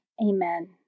Amen